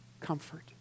comfort